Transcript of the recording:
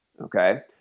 okay